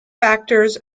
factors